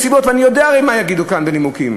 והרי אני יודע מה יגידו כאן בנימוקים.